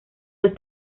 los